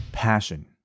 passion